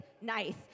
nice